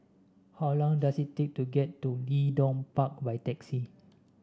how long does it take to get to Leedon Park by taxi